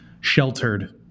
sheltered